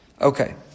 Okay